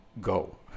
go